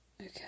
okay